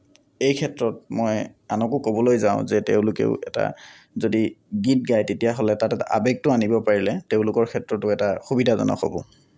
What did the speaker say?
এই ক্ষেত্ৰত মই আনকো ক'বলৈ যাওঁ যে তেওঁলোকেও এটা যদি গীত গায় তেতিয়াহ'লে তাত এটা আৱেগটো আনিব পাৰিলে তেওঁলোকৰ ক্ষেত্ৰতো এটা সুবিধাজনক হ'ব